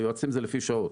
היועצים זה לפי שעות.